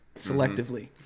selectively